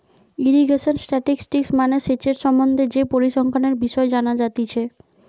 irrigation statistics মানে সেচের সম্বন্ধে যে পরিসংখ্যানের বিষয় জানা যাতিছে